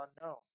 unknown